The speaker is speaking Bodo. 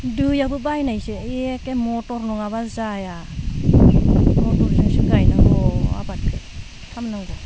दैयाबो बायनायसो एखे मटर नङाब्ला जाया मटरजोंसो गायनांगौ आबादखौ खालामनांगौ